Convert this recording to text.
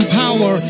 power